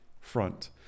front